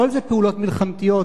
הכול זה פעולות מלחמתיות,